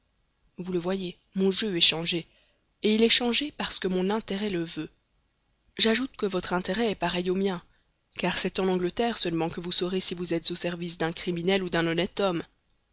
vous le voyez mon jeu est changé et il est changé parce que mon intérêt le veut j'ajoute que votre intérêt est pareil au mien car c'est en angleterre seulement que vous saurez si vous êtes au service d'un criminel ou d'un honnête homme